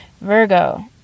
Virgo